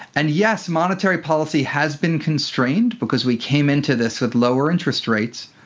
and yes, monetary policy has been constrained because we came into this with lower interest rates,